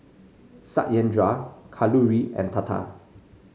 Satyendra Kalluri and Tata